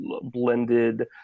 blended